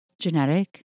Genetic